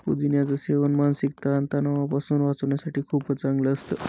पुदिन्याच सेवन मानसिक ताण तणावापासून वाचण्यासाठी खूपच चांगलं असतं